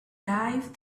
dive